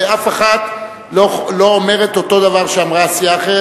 ואף אחת לא אומרת אותו דבר שאמרה סיעה אחרת,